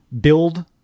build